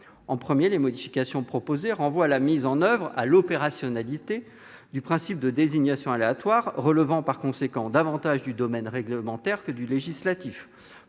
Premièrement, les modifications proposées renvoient à la mise en oeuvre- l'opérationnalité du principe de désignation aléatoire -et relèvent par conséquent davantage du domaine réglementaire que du domaine législatif.